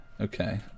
Okay